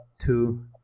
two